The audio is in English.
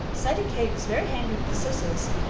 sadie kate is very handy with the scissors,